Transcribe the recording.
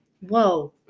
whoa